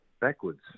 backwards